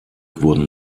wurden